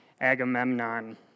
Agamemnon